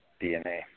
DNA